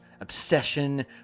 obsession